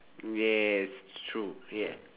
yes true yeah